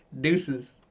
Deuces